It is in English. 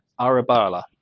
Arabala